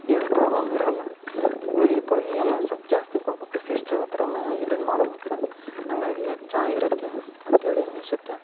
ಏನ್ ಪ್ರಾಬ್ಲಮ್ ಇರಲ್ಲ ಗುಳ್ಗಿ ಪೊಳ್ಗಿ ಎಲ್ಲ ಸೊಲ್ಪ್ ಜಾಸ್ತಿ ಕೊಡ್ಬಕ್ ಸಿಸ್ಟ್ರ್ ಅತ್ರನಾ ಇದನ್ ಮಾಡ್ಬಕ ಅಂಗಾಗಿ ಚನಾಗಿರುತ್ತೆ ಅಂತೇಳಿ ಅನ್ಸುತ್ತೆ